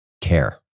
care